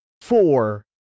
four